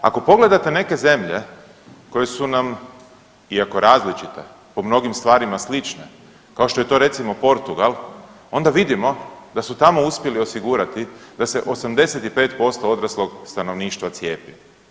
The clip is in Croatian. Ako pogledate neke zemlje koje su nam iako različite po mnogim stvarima slične, kao što je to recimo Portugal onda vidimo da su tamo uspjeli osigurati da se 85% odraslog stanovništva cijepi.